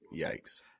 yikes